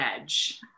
Edge